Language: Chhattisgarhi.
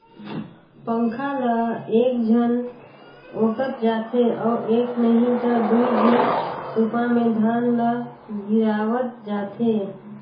पंखा ल एकझन ओटंत जाथे अउ एक नही त दुई झन सूपा मे धान ल गिरावत जाथें